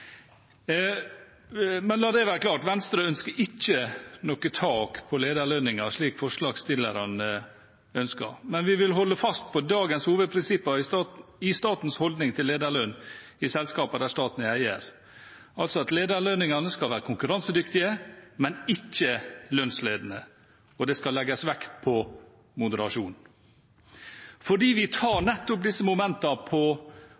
La det være klart: Venstre ønsker ikke noe tak på lederlønninger, slik forslagsstillerne ønsker, men vi vil holde fast på dagens hovedprinsipper i statens holdning til lederlønninger i selskaper der staten er eier, altså at lederlønningene skal være konkurransedyktige, men ikke lønnsledende, og det skal legges vekt på moderasjon. Fordi vi tar nettopp disse momentene på